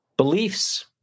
beliefs